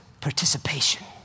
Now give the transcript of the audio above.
participation